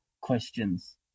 questions